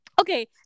Okay